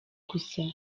gusa